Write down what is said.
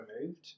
removed